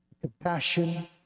compassion